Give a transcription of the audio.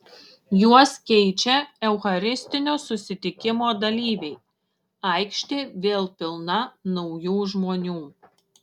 juos keičia eucharistinio susitikimo dalyviai aikštė vėl pilna naujų žmonių